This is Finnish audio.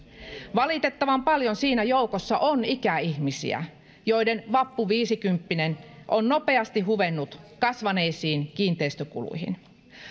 valitettavan paljon siinä joukossa on ikäihmisiä joiden vappuviisikymppinen on nopeasti huvennut kasvaneisiin kiinteistökuluihin